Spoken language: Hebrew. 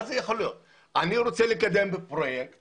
אני רוצה לקדם פרויקט